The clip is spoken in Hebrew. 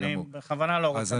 אני בכוונה לא מפרט.